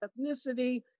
ethnicity